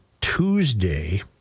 Tuesday